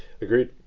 Agreed